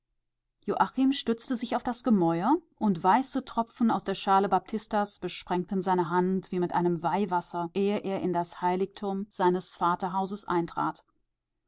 joachim stützte sich auf das gemäuer und weiße tropfen aus der schale baptistas besprengten seine hand wie mit einem weihwasser ehe er in das heiligtum seines vaterhauses eintrat